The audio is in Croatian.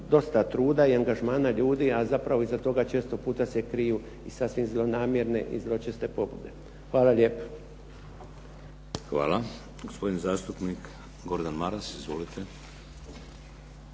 dosta truda i angažmana ljudi, a zapravo iza toga često puta se kriju i sasvim zlonamjerne i zločeste pobude. Hvala lijepo. **Šeks, Vladimir (HDZ)** Hvala. Gospodin zastupnik Gordan Maras. Izvolite.